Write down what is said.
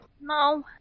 No